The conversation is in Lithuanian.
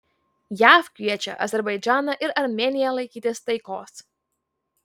jav kviečia azerbaidžaną ir armėniją laikytis taikos